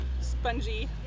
spongy